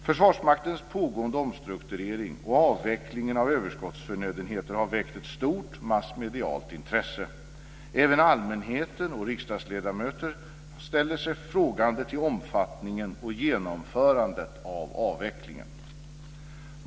Försvarsmaktens pågående omstrukturering och avvecklingen av överskottsförnödenheter har väckt ett stort massmedialt intresse. Även allmänheten och riksdagsledamöter ställer sig frågande till omfattningen och genomförandet av avvecklingen.